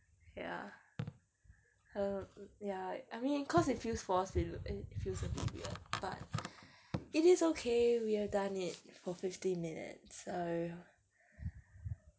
ya um ya I mean cause it feels forced to loo~ eh feels a bit weird but it is okay we have done it for fify minutes uh